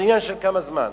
זה עניין של כמה זמן.